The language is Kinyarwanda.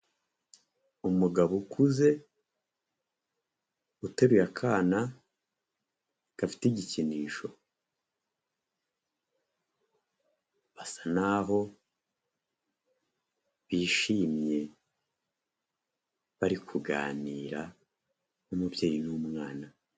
Umugabo ukuze uteruye akana gafite igikinisho, basa nk’aho bishimye bari kuganira. Nk’umubyeyi n'umwana.